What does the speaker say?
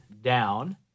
down